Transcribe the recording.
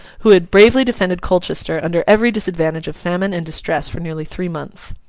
who had bravely defended colchester under every disadvantage of famine and distress for nearly three months.